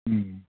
अँ